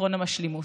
עקרון המשלימות.